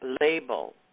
label